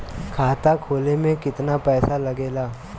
खाता खोले में कितना पैसा लगेला?